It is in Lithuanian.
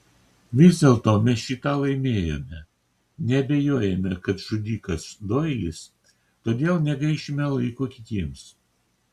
vis dėlto mes šį tą laimėjome nebeabejojame kad žudikas doilis todėl negaišime laiko kitiems